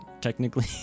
technically